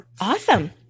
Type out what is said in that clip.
Awesome